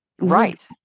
Right